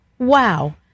wow